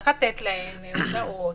צריך לתת להם הודעות,